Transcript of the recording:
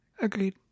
Agreed